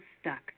stuck